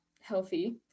healthy